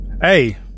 Hey